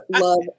love